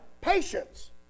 patience